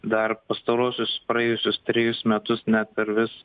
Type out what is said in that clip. dar pastaruosius praėjusius trejus metus net per vis